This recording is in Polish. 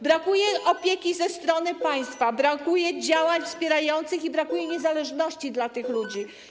Brakuje opieki ze strony państwa, brakuje działań wspierających i brakuje niezależności dla tych ludzi.